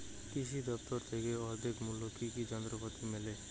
কৃষি দফতর থেকে অর্ধেক মূল্য কি কি যন্ত্রপাতি মেলে?